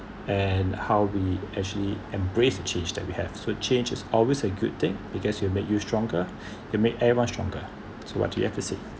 and how we actually embrace change that we have so change is always a good thing because it'll make you stronger it make everyone stronger so what do you have to say